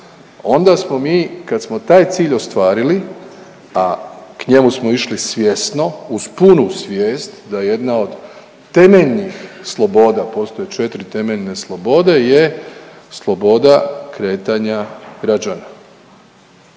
Onda smo mi kad smo taj cilj ostvarili a k njemu smo išli svjesno uz punu svijest da jedna od temeljnih sloboda postoje četiri temeljne slobode je sloboda kretanja građana,